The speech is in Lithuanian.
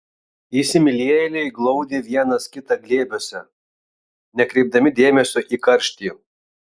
įsimylėjėliai glaudė vienas kitą glėbiuose nekreipdami dėmesio į karštį